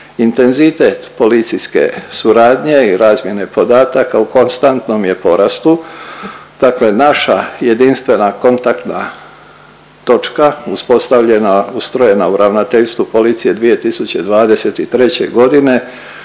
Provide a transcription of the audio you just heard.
Intenzitet policijske suradnje i razmjene podataka u konstantnom je porastu, dakle naša jedinstvena kontaktna točka uspostavljena, ustrojena u Ravnateljstvu policije 2023. godine